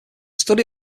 study